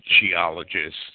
geologists